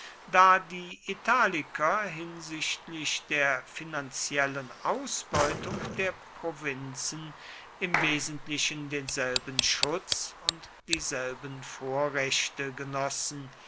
da die italiker hinsichtlich der finanziellen ausbeutung der provinzen im wesentlichen denselben schutz und dieselben vorrechte genossen